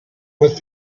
with